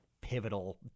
pivotal